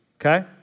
Okay